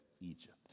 Egypt